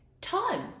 time